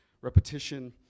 Repetition